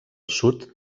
sud